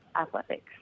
athletics